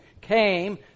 came